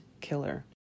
killer